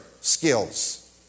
skills